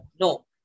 no